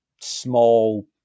small